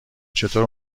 چطور